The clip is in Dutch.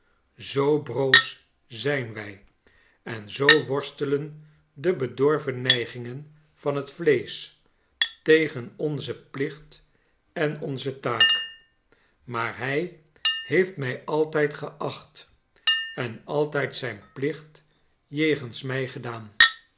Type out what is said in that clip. zoo broos zijn wij en zoo worstelen de bedorven neigingen van het vleesch tegen onzen plicht en onze taak maar hij heeft mij altrjd geacht en altijd zijn plicht jegens mij